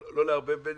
לא לערבב ביניהם.